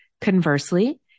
Conversely